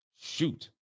shoot